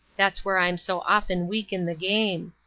that's where i'm so often weak in the game.